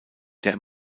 der